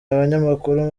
abanyamakuru